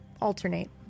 alternate